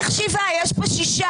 הצבעה לא אושרו.